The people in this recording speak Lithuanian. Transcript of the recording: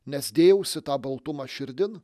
nes dėjausi tą baltumą širdin